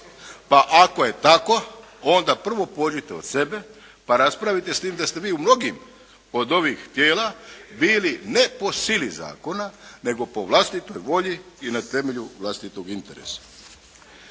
Pa ako je tako onda prvo pođite od sebe pa raspravite s tim da ste vi u mnogim od ovih tijela bili ne po sili zakona nego po vlastitoj volji i na temelju vlastitog interesa.